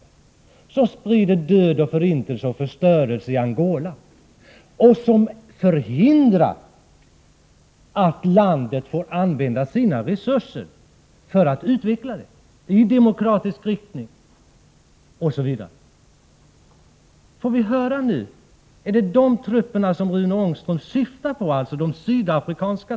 Denna rörelse sprider död, förintelse och förstörelse i Angola och förhindrar att landet får använda sina resurser till utveckling i demokratisk riktning, osv. Är det dessa sydafrikanska trupper Rune Ångström syftar på, eller är det några andra?